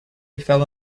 fell